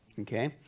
Okay